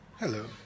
Hello